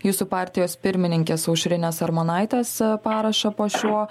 jūsų partijos pirmininkės aušrinės armonaitės parašą po šiuo